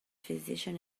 physician